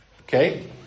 Okay